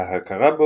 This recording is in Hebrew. וההכרה בו